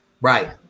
right